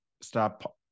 stop